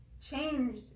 changed